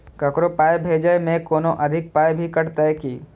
ककरो पाय भेजै मे कोनो अधिक पाय भी कटतै की?